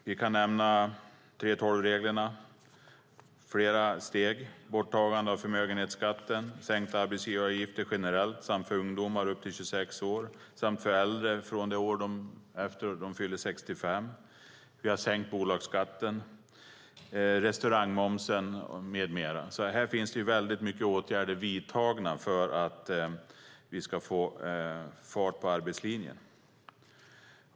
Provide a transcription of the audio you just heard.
Jag kan nämna 3:12-reglerna, borttagandet av förmögenhetsskatten, sänkt arbetsgivaravgift generellt och för ungdomar upp till 26 år samt för äldre från det år de fyller 65. Vi har sänkt bolagsskatten och restaurangmomsen med mera. Många åtgärder har vidtagits för att vi ska få fart på arbetslinjen.